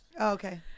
Okay